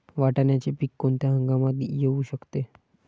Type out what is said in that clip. वाटाण्याचे पीक कोणत्या हंगामात येऊ शकते?